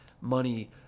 money